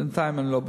בינתיים אני לא בטוח.